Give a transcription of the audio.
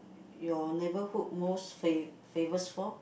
your neighbourhood most fa~ famous for